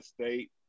state